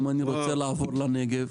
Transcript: אם אני רוצה לעבור לנגב?